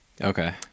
Okay